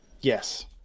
Yes